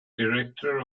director